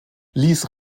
ließ